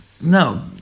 No